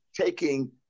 taking